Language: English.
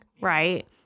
Right